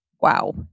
Wow